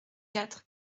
quatre